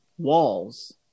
walls